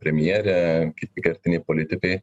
premjerė kiti kertiniai politikai